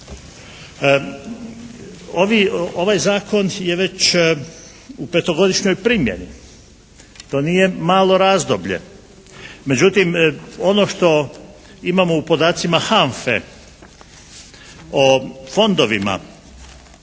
ovaj zakon je već u petogodišnjoj primjeni. To nije malo razdoblje. Međutim ono što imamo u podacima HANFA-e o fondovima